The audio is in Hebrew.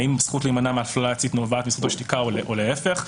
האם הזכות להימנע מהפללה עצמית נובעת מזכות השתיקה או להיפך.